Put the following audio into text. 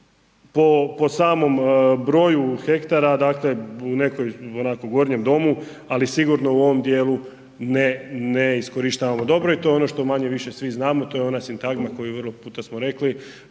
po samom broju hektara dakle u nekoj gornjem domu, ali sigurno u ovom dijelu ne, ne iskorištavamo dobro i to je ono što manje-više svi znamo to je ona sintagma koju vrlo puta smo rekli,